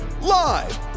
Live